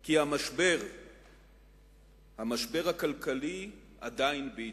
כי המשבר הכלכלי עדיין בעיצומו.